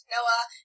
Noah